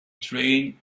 train